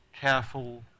careful